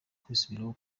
kwisubiraho